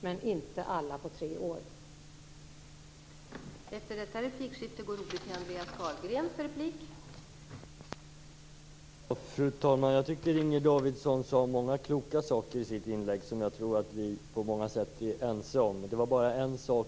Men alla klarar det inte på tre år.